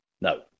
No